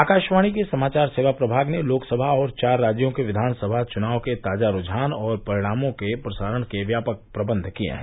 आकाशवाणी के समाचार सेवा प्रभाग ने लोकसभा और चार राज्यों की विवानसभा चुनाव के ताजा रूझान और परिणामों के प्रसारण के व्यापक प्रबंध किए हैं